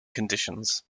conditions